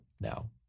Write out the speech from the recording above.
now